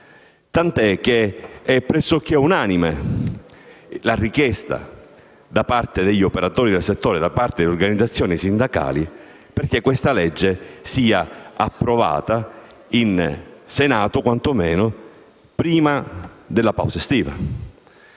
tant'è che è pressoché unanime la richiesta da parte degli operatori del settore e delle organizzazioni sindacali che il provvedimento sia approvato in Senato quantomeno prima della pausa estiva.